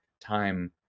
time